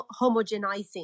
homogenizing